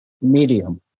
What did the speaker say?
medium